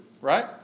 right